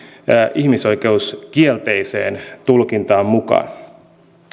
ihmisoikeuskielteiseen tulkintaan mukaan